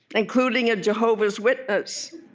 including a jehovah's witness.